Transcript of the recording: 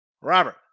Robert